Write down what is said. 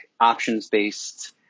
options-based